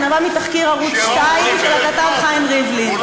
זה נבע מתחקיר ערוץ 2 של הכתב חיים ריבלין.